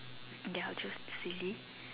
ya choose silly